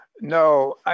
No